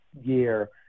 year